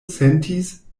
sentis